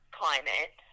climate